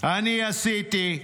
אני עשיתי.